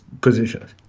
positions